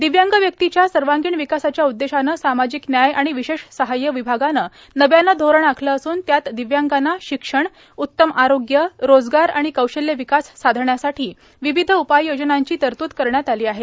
दिव्यांग व्यक्तीच्या सर्वांगीण विकासाच्या उद्देशानं सामाजिक न्याय आणि विशेष सहाय्य विभागानं नव्यानं धोरण आखलं असून त्यात दिव्यांगांना शिक्षण उत्तम आरोग्यए रोजगार आणि कौशल्य विकास साधण्यासाठी विविध उपाययोजना यांची तरतूद करण्यात आली आहे